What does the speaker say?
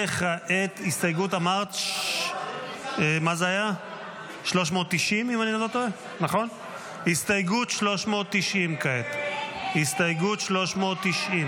וכעת הסתייגות 390. כעת הסתייגות 390. הסתייגות 390